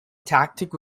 tactic